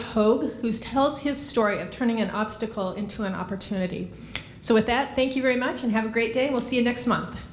de who's tell us his story of turning an obstacle into an opportunity so with that thank you very much and have a great day we'll see you next month